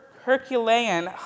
Herculean